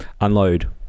unload